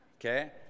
okay